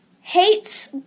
hates